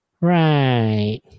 Right